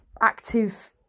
active